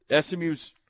SMU's